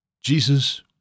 Jesus